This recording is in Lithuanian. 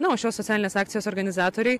na o šios socialinės akcijos organizatoriai